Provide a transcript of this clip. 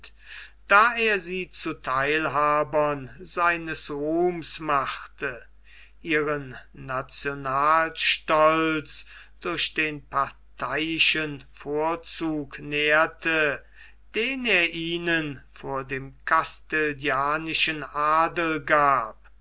da er sie zu teilhabern seines ruhms machte ihren nationalstolz durch den parteiischen vorzug nährte den er ihnen vor dem castilianischen adel gab